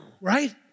Right